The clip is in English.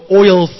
oil